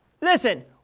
listen